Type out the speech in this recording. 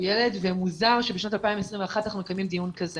הוא ילד ומוזר שבשנת 2021 אנחנו מקיימים דיון כזה